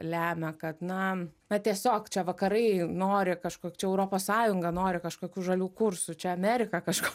lemia kad na na tiesiog čia vakarai nori kažko čia europos sąjunga nori kažkokių žalių kursų čia amerika kažką